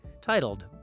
titled